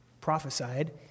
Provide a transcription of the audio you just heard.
prophesied